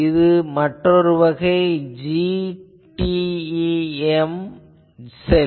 இது மற்றொரு வகை GTEM செல்